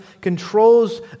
controls